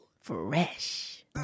Fresh